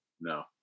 No